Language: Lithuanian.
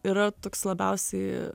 yra toks labiausiai